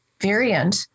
variant